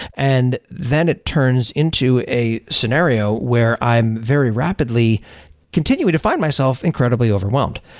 and then it turns into a scenario where i am very rapidly continuing to find myself incredibly overwhelmed.